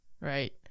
right